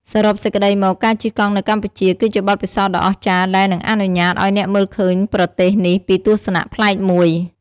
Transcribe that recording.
សរុបសេចក្ដីមក ការជិះកង់នៅកម្ពុជា គឺជាបទពិសោធន៍ដ៏អស្ចារ្យដែលនឹងអនុញ្ញាតឱ្យអ្នកមើលឃើញប្រទេសនេះពីទស្សនៈប្លែកមួយ។